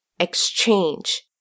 Exchange